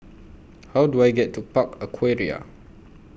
How Do I get to Park Aquaria